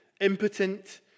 impotent